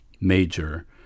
major